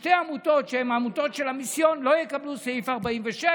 ששתי עמותות שהן עמותות של המיסיון לא יקבלו לפי סעיף 46,